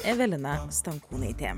evelina stankūnaitė